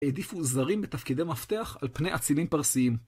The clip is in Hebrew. העדיפו זרים בתפקידי מפתח על פני אצילים פרסיים.